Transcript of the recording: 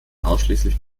ausschließlich